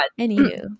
Anywho